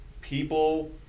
People